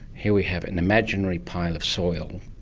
here we have an imaginary pile of soil,